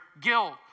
guilt